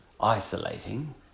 isolating